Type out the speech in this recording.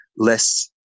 less